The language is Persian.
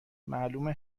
معلومه